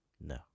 No